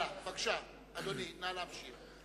בבקשה, אדוני, נא להמשיך.